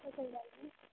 चल जाएगा